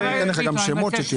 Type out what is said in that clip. אתן לך גם שמות.